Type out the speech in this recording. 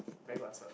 very good answer